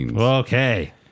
Okay